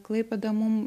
klaipėda mum